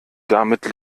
damit